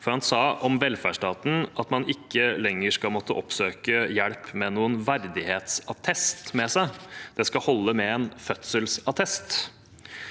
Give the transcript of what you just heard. Han sa om velferdsstaten at man ikke lenger skal måtte oppsøke hjelp med noen verdighetsattest med seg – det skal holde med en fødselsattest.